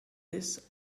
this